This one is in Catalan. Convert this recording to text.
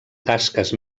tasques